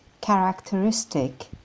Characteristic